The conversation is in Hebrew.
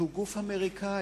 שהוא גוף אמריקני,